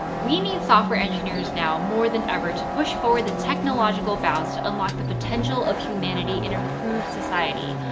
we need software engineers now more than ever, to push forward the technological bounds to unlock the potential of humanity and improve society.